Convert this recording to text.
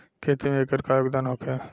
खेती में एकर का योगदान होखे?